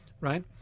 Right